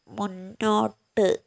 മുന്നോട്ട്